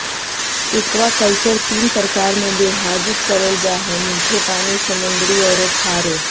aquaculture तीन प्रकार में विभाजित करल जा हइ मीठे पानी, समुद्री औरो खारे